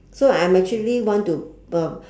so I am actually want to uh